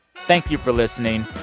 thank you for listening.